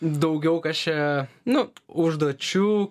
daugiau kas čia nu užduočių